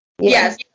Yes